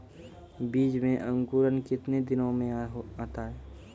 बीज मे अंकुरण कितने दिनों मे आता हैं?